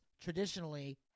traditionally